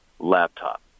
laptop